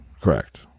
Correct